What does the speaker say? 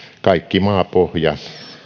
kaikki maapohja